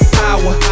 power